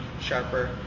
sharper